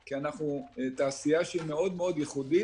כי אנחנו תעשייה שהיא מאוד מאוד ייחודית,